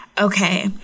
okay